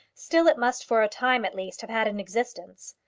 still it must for a time at least have had an existence.